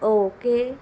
okay